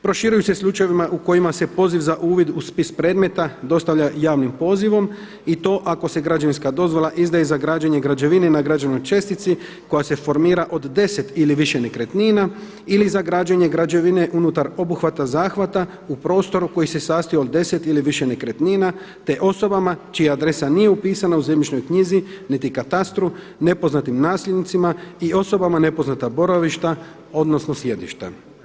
Proširuju se slučajevi u kojima se poziv za uvid u spis predmeta dostavlja javnim pozivom i to ako se građevinska dozvola izdaje za građenje građevine na građevnoj čestici koja se formira od 10 ili više nekretnina ili za građenje građevine unutar obuhvata zahvata u prostoru koji se sastoji od 10 ili više nekretnina te osobama čija adresa nije upisana u zemljišnoj knjizi niti katastru nepoznatim nasljednicima i osobama nepoznata boravišta, odnosno sjedišta.